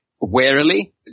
warily